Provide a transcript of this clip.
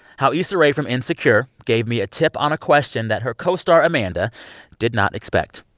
how issa rae from insecure gave me a tip on a question that her co-star amanda did not expect.